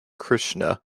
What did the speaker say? krishna